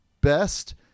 best